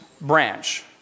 branch